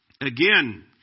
Again